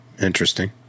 Interesting